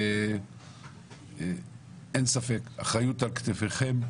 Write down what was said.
מוטלת עליכם אחריות גדולה.